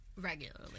Regularly